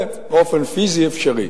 זה, באופן פיזי, אפשרי.